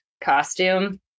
costume